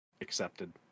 accepted